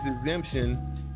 exemption